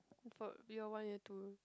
for year one year two